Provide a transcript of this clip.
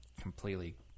completely